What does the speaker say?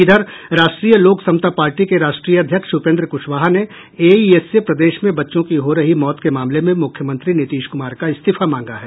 इधर राष्ट्रीय लोक समता पार्टी के राष्ट्रीय अध्यक्ष उपेन्द्र कुशवाहा ने एईएस से प्रदेश में बच्चों की हो रही मौत के मामले में मुख्यमंत्री नीतीश कुमार का इस्तीफा मांगा है